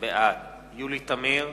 בעד יולי תמיר,